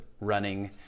running